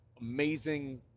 amazing